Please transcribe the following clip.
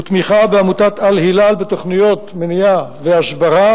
תמיכה בעמותת "אל הילאל" בתוכניות מניעה והסברה